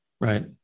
Right